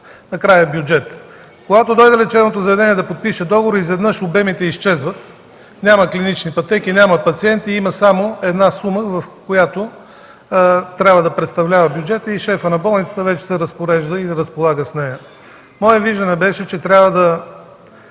накрая бюджетът. Когато дойде лечебното заведение да подпише договора, изведнъж обемите изчезват, няма клинични пътеки, няма пациенти, има само една сума, която трябва да представлява бюджетът и шефът на болницата вече се разпорежда и разполага с нея. Мое виждане беше, че трябва да